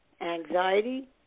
anxiety